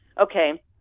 okay